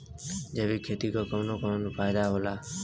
जैविक खेती क कवन कवन फायदा होला?